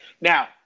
Now